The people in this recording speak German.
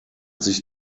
sich